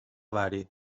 bari